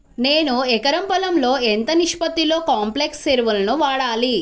నేను ఎకరం పొలంలో ఎంత నిష్పత్తిలో కాంప్లెక్స్ ఎరువులను వాడాలి?